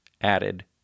added